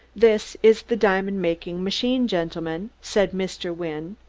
this is the diamond-making machine, gentlemen, said mr. wynne,